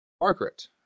Margaret